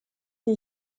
die